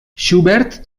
schubert